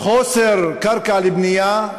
חוסר קרקע לבנייה,